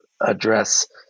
address